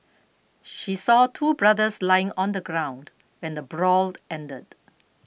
she saw two brothers lying on the ground when the brawl ended